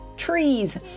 trees